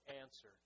answer